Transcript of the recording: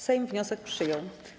Sejm wniosek przyjął.